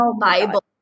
Bible